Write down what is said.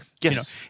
Yes